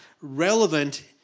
relevant